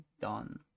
done